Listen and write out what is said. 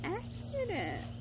accident